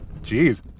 Jeez